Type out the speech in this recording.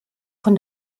von